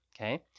okay